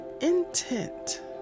intent